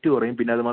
അതേ അതേ